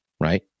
Right